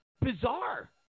bizarre